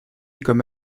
comme